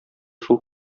шул